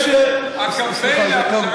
יש לך דקה?